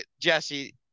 Jesse